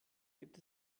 gibt